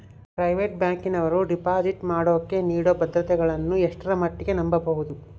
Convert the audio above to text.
Private ಬ್ಯಾಂಕಿನವರು deposit ಮಾಡೋಕೆ ನೇಡೋ ಭದ್ರತೆಗಳನ್ನು ಎಷ್ಟರ ಮಟ್ಟಿಗೆ ನಂಬಬಹುದು?